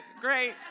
great